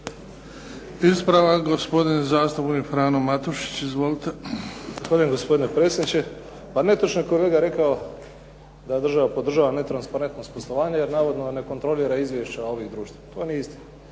Ispravak gospodin zastupnik Frano Matušić. Izvolite. **Matušić, Frano (HDZ)** Zahvaljujem gospodine predsjedniče. Pa netočno je kolega rekao da država podržava netransparentnost poslovanja, jer navodno ne kontrolira izvješća ovih društava. To nije istina.